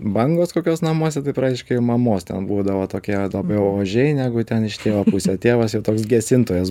bangos kokios namuose tai praktiškai mamos ten būdavo tokie labiau ožiai negu ten iš tėvo pusė tėvas jau toks gesintojas